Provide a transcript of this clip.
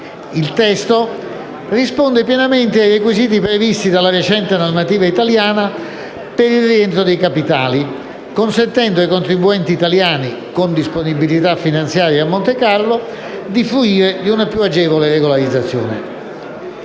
Il testo risponde pienamente ai requisiti previsti dalla recente normativa italiana in materia di rientro dei capitali, consentendo ai contribuenti italiani con disponibilità finanziarie a Montecarlo di fruire di una più agevole regolarizzazione.